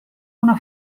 una